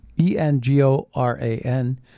E-N-G-O-R-A-N